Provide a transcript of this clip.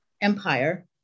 empire